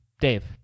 Dave